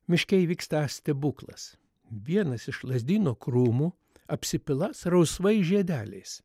miške įvykstąs stebuklas vienas iš lazdyno krūmų apsipiląs rausvais žiedeliais